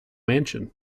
mansion